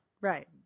Right